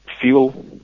fuel